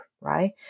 right